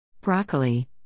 Broccoli